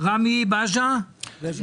רמי בז'ה, בבקשה.